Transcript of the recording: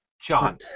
John